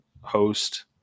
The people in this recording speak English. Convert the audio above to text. host